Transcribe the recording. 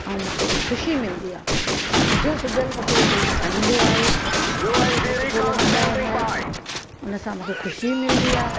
ऐं मूंखे ख़ुशी मिलंदी आहे ऐं मुंहिजो सिबियल कपिड़ो कोई पाईंदो आहे त मूंखे ॾाढो सुठो लॻंदो आहे हुनजो हुनसां मूंखे ख़ुशी मिलंदी आहे